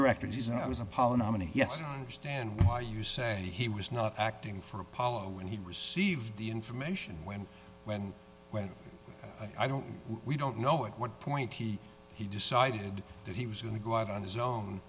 directors and i was apollo nominee yes stand why you say he was not acting for apollo when he received the information when when well i don't we don't know at what point he he decided that he was going to go out on his own